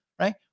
right